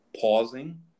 Pausing